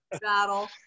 battle